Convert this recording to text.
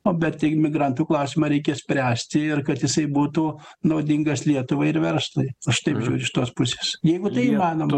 o bet tai imigrantų klausimą reikia spręsti ir kad jisai būtų naudingas lietuvai ir verslui aš taip žiūriu iš tos pusės jeigu tai įmanoma